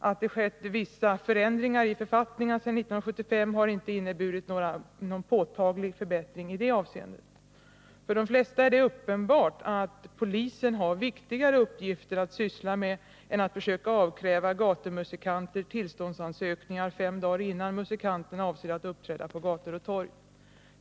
Att det skett vissa ändringar i författningarna sedan 1975 har inte inneburit någon påtaglig förbättring i det avseendet. För de flesta är det uppenbart att polisen har viktigare uppgifter att syssla med än att försöka avkräva gatumusikanter tillståndsansökningar fem dagar innan musikanterna avser att uppträda på gator och torg.